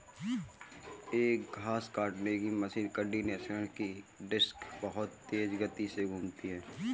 एक घास काटने की मशीन कंडीशनर की डिस्क बहुत तेज गति से घूमती है